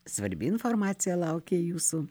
svarbi informacija laukia jūsų